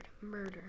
murder